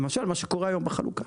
למשל מה שקורה היום בחלוקה.